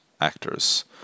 actors